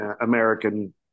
American